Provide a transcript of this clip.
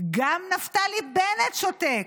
גם נפתלי בנט שותק.